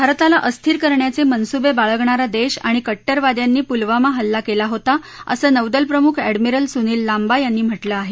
भारताला अस्थिर करण्याचे मनसुबे बाळगणारा देश आणि कट्टरवाद्यांनी पुलवामा हल्ला केला होता असं नौदलप्रमुख एडमिरल सुनील लांबा यांनी म्हटलं आहे